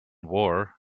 war